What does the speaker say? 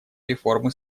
реформы